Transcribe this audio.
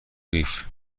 قیف